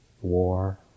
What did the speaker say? war